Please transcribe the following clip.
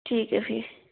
ठीक ऐ फ्ही